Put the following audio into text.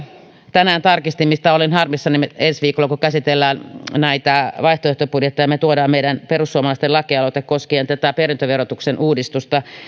tänään tarkistin mistä olen harmissani että kun ensi viikolla käsitellään näitä vaihtoehtobudjetteja ja me tuomme meidän perussuomalaisten lakialoitteen koskien tätä perintöverotuksen uudistusta